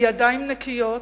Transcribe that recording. בידיים נקיות,